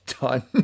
done